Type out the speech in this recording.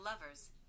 lovers